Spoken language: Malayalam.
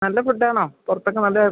നല്ല ഫുഡാണോ പുറത്തൊക്കെ നല്ല